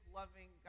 loving